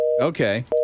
Okay